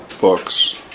books